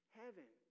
heaven